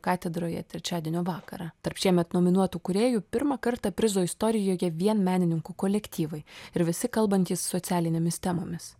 katedroje trečiadienio vakarą tarp šiemet nominuotų kūrėjų pirmą kartą prizo istorijoje vien menininkų kolektyvai ir visi kalbantys socialinėmis temomis